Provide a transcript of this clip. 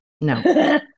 No